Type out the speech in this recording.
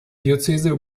diözese